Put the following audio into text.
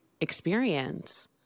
experience